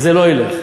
זה לא ילך.